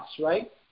right